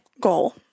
goal